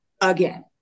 again